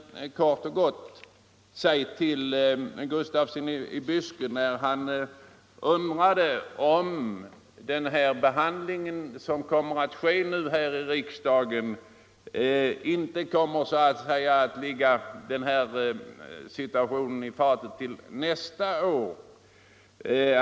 Jag säger kort och gott detta till herr Gustafsson i Byske, som undrade om den behandling som nu sker i kammaren kommer att ligga motionärerna i fatet nästa år.